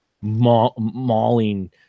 mauling